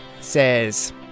says